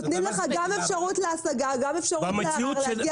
נותנים לך גם אפשרות להשגה, גם אפשרות לערר.